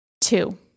Two